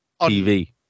tv